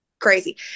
crazy